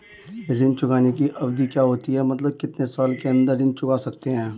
ऋण चुकाने की अवधि क्या होती है मतलब कितने साल के अंदर ऋण चुका सकते हैं?